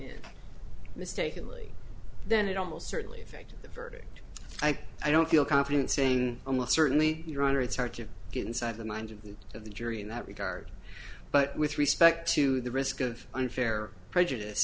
in mistakenly then it almost certainly affect the verdict i don't feel confident saying almost certainly your honor it's hard to get inside the mind of the jury in that regard but with respect to the risk of unfair prejudice